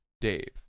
Dave